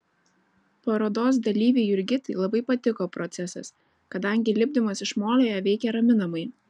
parodos dalyvei jurgitai labai patiko procesas kadangi lipdymas iš molio ją veikė raminamai